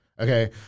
okay